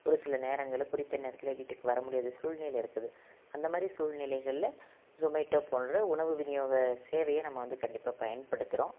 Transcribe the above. ஒரு சில நேரங்களில் குறித்த நேரத்தில் வீட்டுக்கு வர முடியாத சூழ்நிலைகள் இருக்குது அந்த மாதிரி சூழ்நிலைகளில் சொமேட்டோ போன்ற உணவு விநியோக சேவையைநம்ம வந்து கண்டிப்பாக பயன்படுத்துகிறோம்